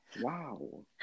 wow